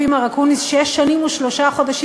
לפי מר אקוניס שש שנים ושלושה חודשים